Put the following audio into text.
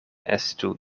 estu